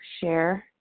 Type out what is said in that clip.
share